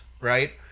right